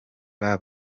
aba